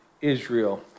Israel